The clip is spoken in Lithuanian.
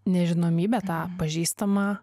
nežinomybę tą pažįstamą